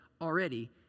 already